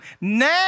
Now